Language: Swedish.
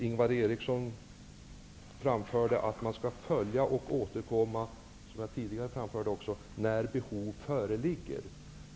Ingvar Eriksson framförde att man skall följa utvecklingen och återkomma när behov föreligger.